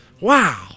Wow